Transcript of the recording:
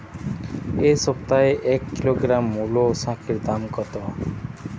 এ সপ্তাহে এক কিলোগ্রাম মুলো শাকের দাম কত?